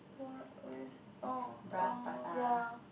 what where's oh oh ya